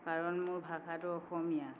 কাৰণ মোৰ ভাষাটো অসমীয়া